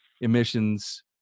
emissions